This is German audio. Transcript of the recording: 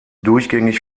durchgängig